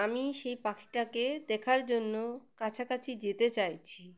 আমি সেই পাখিটাকে দেখার জন্য কাছাকাছি যেতে চাইছি